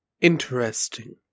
Interesting